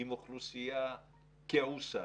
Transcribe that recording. עם אוכלוסייה כעוסה,